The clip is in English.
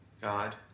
God